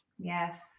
Yes